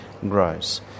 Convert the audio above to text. grows